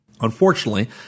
Unfortunately